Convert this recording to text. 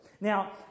Now